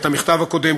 את המכתב הקודם,